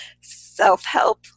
self-help